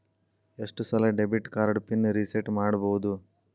ಎಷ್ಟ ಸಲ debit card PIN reset ಮಾಡಬೋದು